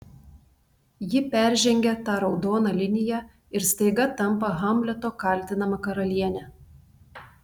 ji peržengia tą raudoną liniją ir staiga tampa hamleto kaltinama karaliene